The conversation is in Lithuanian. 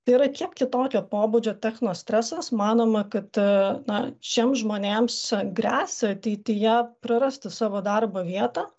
tai yra kiek kitokio pobūdžio techno stresas manoma kad na šiems žmonėms gresia ateityje prarasti savo darbo vietą